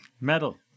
Metal